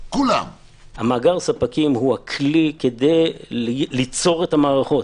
מאגר ספקים הוא הכלי כדי ליצור את המערכות.